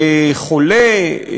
חולה,